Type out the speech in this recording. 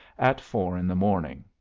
at four in the morning.